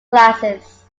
classes